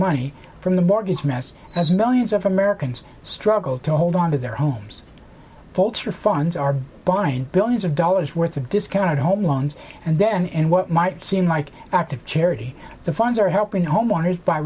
money from the mortgage mess as millions of americans struggle to hold on to their homes vulture funds are behind billions of dollars worth of discounted home loans and then and what might seem like act of charity the funds are helping homeowners by